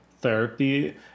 therapy